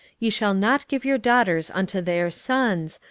ye shall not give your daughters unto their sons,